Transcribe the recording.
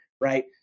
right